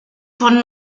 von